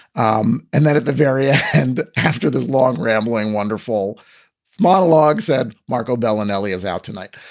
um and then at the very ah end, after this long, rambling, wonderful monologue, said marco belinelli is out tonight.